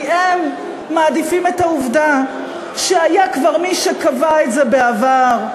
כי הם מעדיפים את העובדה שהיה כבר מי שקבע את זה בעבר,